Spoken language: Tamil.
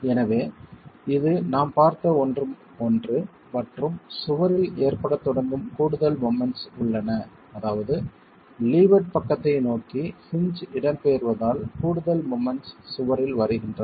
எனவே இது நாம் பார்த்த ஒன்று மற்றும் சுவரில் ஏற்படத் தொடங்கும் கூடுதல் மொமெண்ட்ஸ் உள்ளன அதாவது லீவர்ட் பக்கத்தை நோக்கி ஹின்ஜ் இடம்பெயர்வதால் கூடுதல் மொமெண்ட்ஸ் சுவரில் வருகின்றன